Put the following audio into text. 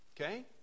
Okay